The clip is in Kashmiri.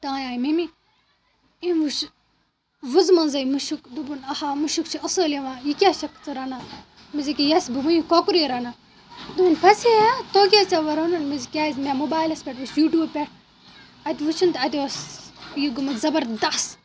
تام آیہِ مٔمی أمۍ وُچھ وُزٕ منٛزٕے مُشُک دوٚپُن آ ہا مُشُک چھِ اَصٕل یِوان یہِ کیٛاہ چھَکھ ژٕ رَنان ووٚنمَس ییٚکیٛاہ یَس بہٕ وٕنۍ کۄکرٕے رَنان دوٚپُن پَزی ہا تۄگیا ژےٚ وٕ رَنُن دۄپمَس کیٛازِ مےٚ موبایِلَس پٮ۪ٹھ وُچھ یوٗٹیوٗب پٮ۪ٹھ اَتہِ وُچھُن تہٕ اَتہِ ٲس یہِ گوٚمُت زبردس